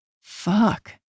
Fuck